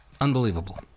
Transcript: Unbelievable